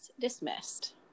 dismissed